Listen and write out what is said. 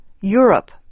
Europe